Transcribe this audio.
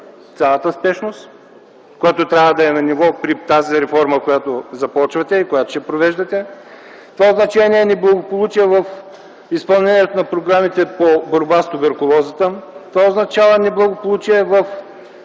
цялата спешност, която трябва да е на ниво при тази реформа, която започвате и която ще провеждате. Това означава неблагополучие в изпълнението на програмите по борба с туберкулозата. Това означава неблагополучие в